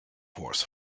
horse